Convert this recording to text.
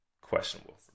questionable